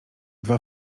dwa